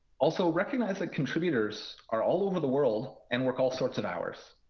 also recognize that contributors are all over the world and work all sorts of hours.